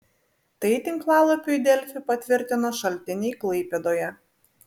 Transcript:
tai tinklalapiui delfi patvirtino šaltiniai klaipėdoje